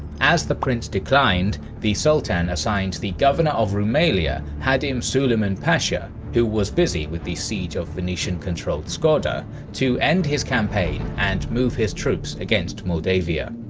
as the prince declined, the sultan assigned the governor of rumelia hadim suleiman pasha, who was busy with the siege of venetian controlled skhoder to end his campaign and move his troops against moldavia.